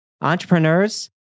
entrepreneurs